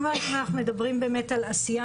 אנחנו מדברים באמת על עשייה